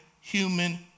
human